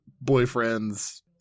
boyfriend's